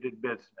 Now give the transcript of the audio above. business